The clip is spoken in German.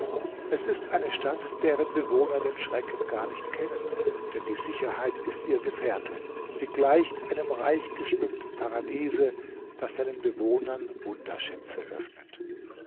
es ist eine stadt deren bewohner den schrecken gar nicht kennen denn die sicherheit ist ihr gefährte sie gleicht einem reichgeschmückten paradiese das seinen bewohnern wunderschätze öffnet